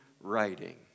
writing